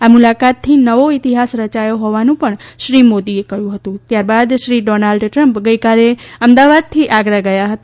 આ મુલાકાતથી નવો ઇતિહાસ રચાયો હોવાનું પણ શ્રી મોદીએ કહ્યું ત્યારબાદ શ્રી ડોનાલ્ડ ટ્રમ્પ ગઇકાલે અમદાવાદથી આગરા ગયા હતા